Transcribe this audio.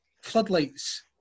floodlights